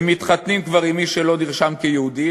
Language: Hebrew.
מתחתנים כבר עם מי שלא נרשם כיהודי,